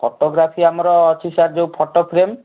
photography ଆମର ଅଛି sir ଯେଉଁ ଫଟୋଫ୍ରେମ୍